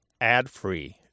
adfree